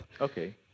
Okay